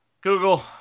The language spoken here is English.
Google